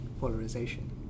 polarization